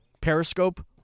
Periscope